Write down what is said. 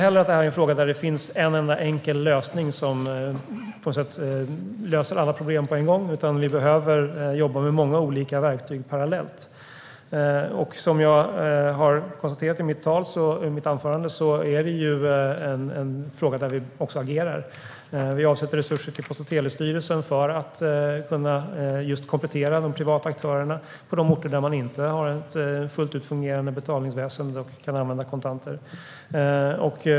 Det finns inte en enda enkel lösning som löser alla problem på en gång, utan vi behöver jobba med många olika verktyg parallellt. Som jag konstaterade i svaret är det en fråga där vi agerar. Vi avsätter resurser till Post och telestyrelsen för att kunna komplettera de privata aktörerna på de orter där man inte har ett fullt ut fungerande betalningsväsen och därför inte kan använda kontanter.